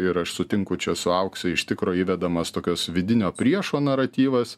ir aš sutinku čia su aukse iš tikro įvedamas tokios vidinio priešo naratyvas